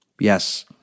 Yes